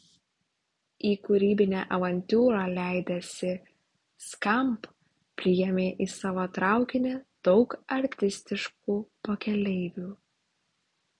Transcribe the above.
į kūrybinę avantiūrą leidęsi skamp priėmė į savo traukinį daug artistiškų pakeleivių